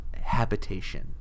habitation